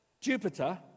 Jupiter